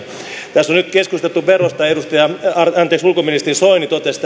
tässä on nyt keskusteltu veroista ulkoministeri soini totesi